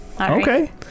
Okay